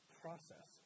process